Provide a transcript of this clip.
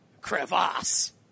crevasse